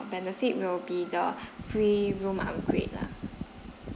benefit will be the free room upgrade lah